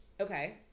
Okay